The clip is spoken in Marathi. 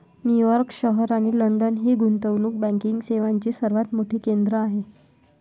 न्यूयॉर्क शहर आणि लंडन ही गुंतवणूक बँकिंग सेवांची सर्वात मोठी केंद्रे आहेत